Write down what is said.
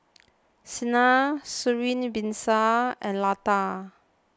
Saina Srinivasa and Lata